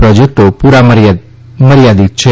પ્રોજેક્ટો પૂરતા મર્યાદીત છે